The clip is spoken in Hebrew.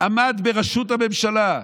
עמד בראשות הממשלה.